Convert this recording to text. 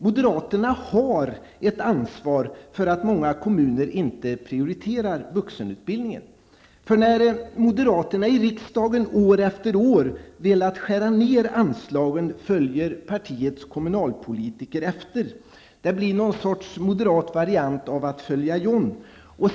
Moderaterna har ett ansvar för att många kommuner inte prioriterar vuxenutbildningen. När moderaterna i riksdagen år efter år har velat skära ned anslagen då följer partiets kommunalpolitiker efter. Det blir en sorts moderat variant av att '' Följa John''.